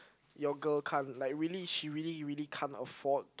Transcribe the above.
your girl can't like really she really really can't afford